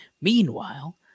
meanwhile